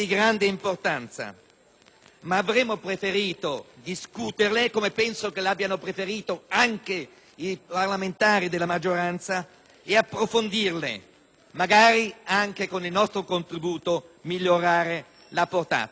ma avremmo preferito discuterli, come penso avrebbero preferito anche i parlamentari della maggioranza, approfondirli e magari, anche con il nostro contributo, migliorarne la portata.